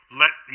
let